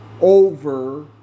over